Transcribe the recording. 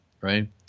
right